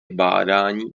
bádání